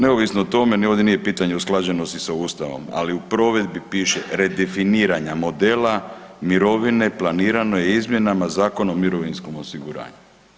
Neovisno o tome ni ovdje nije pitanje usklađenosti sa ustavom, ali u provedbi piše „redefiniranja modela mirovine planirano je izmjenama Zakona o mirovinskom osiguranju“